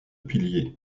pilier